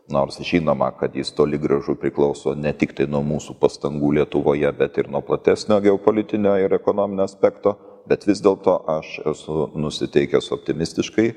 nors žinoma kad jis toli gražu priklauso ne tiktai nuo mūsų pastangų lietuvoje bet ir nuo platesnio geopolitinio ir ekonominio aspekto bet vis dėlto aš esu nusiteikęs optimistiškai